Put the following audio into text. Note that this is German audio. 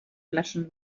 flaschen